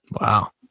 Wow